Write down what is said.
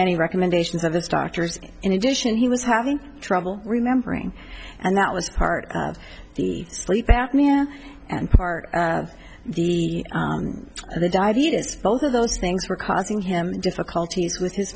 any recommendations of those doctors in addition he was having trouble remembering and that was part of the sleep apnea and part of the dive use both of those things were causing him difficulties